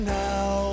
now